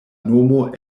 nomo